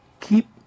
keep